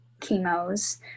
chemos